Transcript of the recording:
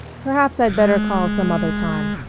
perhaps i'd better call some other time.